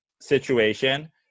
situation